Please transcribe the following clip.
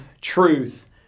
truth